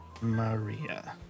maria